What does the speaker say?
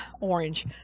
orange